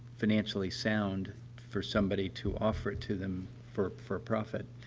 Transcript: financially sound for somebody to offer it to them for for profit.